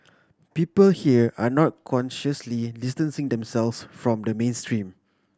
people here are not consciously distancing themselves from the mainstream